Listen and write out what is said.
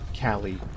Callie